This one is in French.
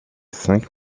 cinq